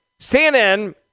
CNN